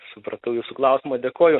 supratau jūsų klausimą dėkoju